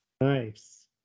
Nice